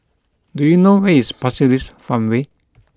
do you know where is Pasir Ris Farmway